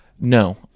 No